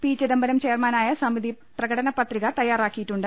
P Chidambaram ചെയർമാനായ സമിതി പ്രകടന പത്രിക തയ്യാ റാക്കിയിട്ടുണ്ട്